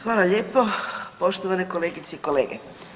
Hvala lijepo poštovane kolegice i kolege.